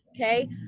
Okay